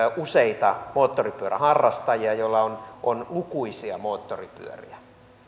useita moottoripyöräharrastajia joilla on on lukuisia moottoripyöriä